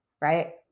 right